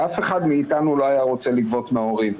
ואף אחד מאתנו לא היה רוצה לגבות מההורים,